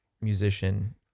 musician